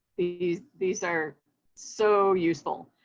these these are so useful.